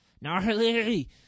Gnarly